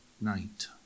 night